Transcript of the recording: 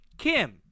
Kim